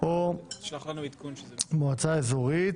או מועצה אזורית),